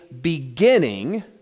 beginning